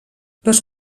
les